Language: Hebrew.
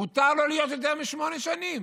מותר לו להיות יותר משמונה שנים?